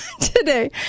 today